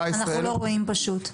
אנחנו לא רואים פשוט.